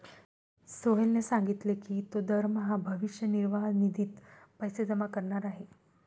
सोहेलने सांगितले की तो दरमहा भविष्य निर्वाह निधीत पैसे जमा करणार आहे